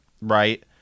right